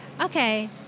okay